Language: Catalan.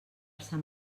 sant